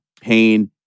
pain